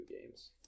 games